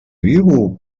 viu